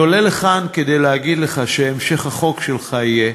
אני עולה לכאן כדי לומר לך שהמשך החוק שלך יהיה